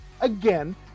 again